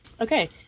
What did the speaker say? okay